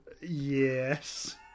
Yes